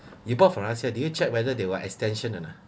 you bought from last year do you check whether they will extension or not